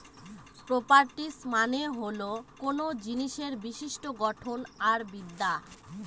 properties মানে হল কোনো জিনিসের বিশিষ্ট্য গঠন আর বিদ্যা